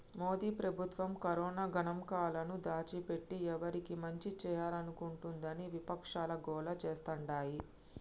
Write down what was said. మోదీ ప్రభుత్వం కరోనా గణాంకాలను దాచిపెట్టి ఎవరికి మంచి చేయాలనుకుంటోందని విపక్షాలు గోల చేస్తాండాయి